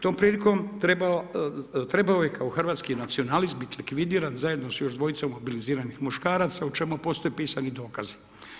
Tom prilikom trebao je kao hrvatski nacionalist biti likvidiran zajedno s još dvojicom mobiliziranih muškaraca o čemu postoji pisani dokazi.